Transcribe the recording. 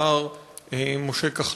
מר משה כחלון.